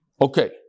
Okay